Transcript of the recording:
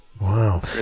Wow